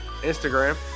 Instagram